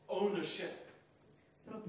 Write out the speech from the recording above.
ownership